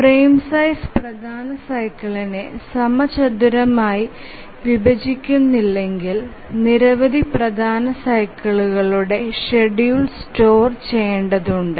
frame size പ്രധാന സൈക്കിളിനെ സമചതുരമായി വിഭജിക്കുന്നില്ലെങ്കിൽ നിരവധി പ്രധാന സൈക്കിളുകളുടെ ഷെഡ്യൂൾ സ്റ്റോർ ചെയേണ്ടതുണ്ട്